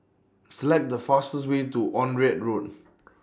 Select The fastest Way to Onraet Road